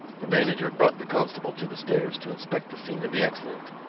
the manager brought the constable to the stairs to inspect the scene of the accident.